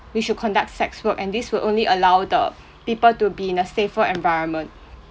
we should conduct sex work and this would only allow the people to be in a safer environment